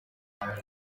ngo